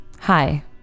Hi